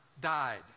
died